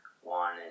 one